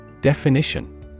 Definition